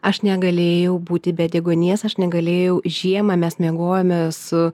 aš negalėjau būti be deguonies aš negalėjau žiemą mes miegojome su